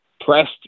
pressed